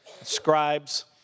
scribes